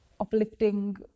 uplifting